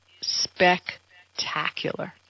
spectacular